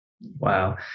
Wow